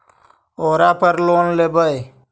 ओरापर लोन लेवै?